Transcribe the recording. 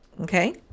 okay